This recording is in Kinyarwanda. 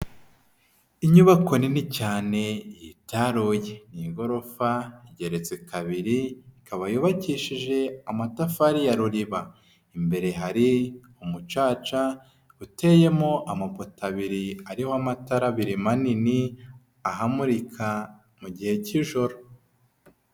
Inyubako nini cyane yitaruye ni igorofa igereretse kabiri ikaba yubakishije amatafari ya ruriba, imbere hari umucaca uteyemo amapoto abiri ariho amatara abiri manini ahamurika mu gihe cy'ijoro.